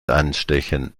anstechen